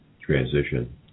transition